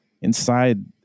Inside